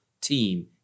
team